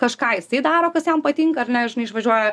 kažką jisai daro kas jam patinka ar ne žinai išvažiuoja